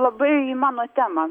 labai į mano temą